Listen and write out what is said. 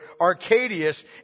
Arcadius